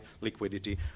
liquidity